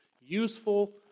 useful